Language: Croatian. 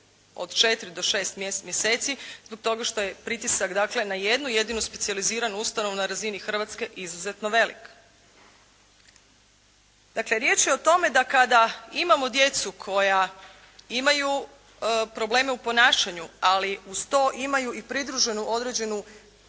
od 4 do 6 mjeseci zbog toga što je pritisak dakle na jednu jedinu specijaliziranu ustanovu na razini Hrvatske izuzetno velik. Dakle, riječ je o tome da kada imamo djecu koja imaju probleme u ponašanju, ali uz to imaju i pridruženu određenu,